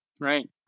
Right